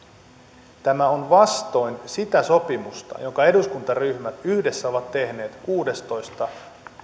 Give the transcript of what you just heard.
vastoin sitä sopimusta tämä on vastoin sitä sopimusta jonka eduskuntaryhmät yhdessä ovat tehneet kuudestoista